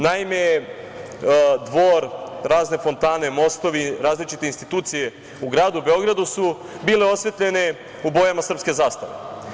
Naime, dvor, razne fontane, mostovi, različite institucije u gradu Beogradu su bile osvetljene bojama srpske zastave.